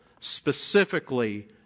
specifically